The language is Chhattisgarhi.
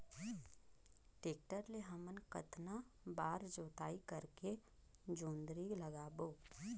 टेक्टर ले हमन कतना बार जोताई करेके जोंदरी लगाबो?